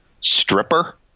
stripper